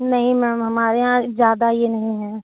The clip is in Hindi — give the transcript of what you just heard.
नहीं मैम हमारे यहाँ ज़्यादा यह नहीं है